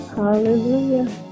Hallelujah